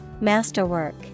Masterwork